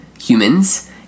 humans